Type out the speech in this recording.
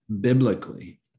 biblically